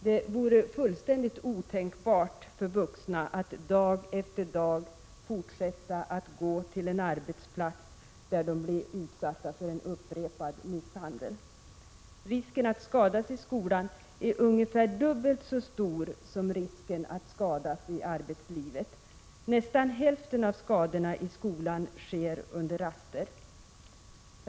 Det vore fullständigt otänkbart för vuxna att dag efter dag fortsätta att gå till en arbetsplats där de blir utsatta för upprepad misshandel. Risken att skadas i skolan är ungefär dubbelt så stor som risken att skadas i arbetslivet. Nästan hälften av skadorna i skolan sker under raster.